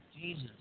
Jesus